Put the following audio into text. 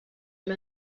and